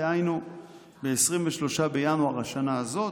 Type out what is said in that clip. דהיינו ב-23 בינואר השנה הזאת,